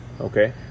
Okay